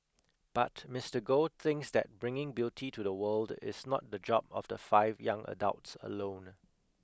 but Mister Goh thinks that bringing beauty to the world is not the job of the five young adults alone